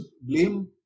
blame